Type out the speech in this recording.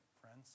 friends